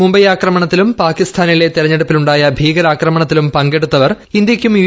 മുംബൈ ആക്രമണത്തിലും പാകിസ്ഥാനിലെ തെരഞ്ഞെടുപ്പിലുണ്ടായ ഭീകരാക്രമണത്തിലും പങ്കെടുത്തവർ ഇന്ത്യയ്ക്കും യു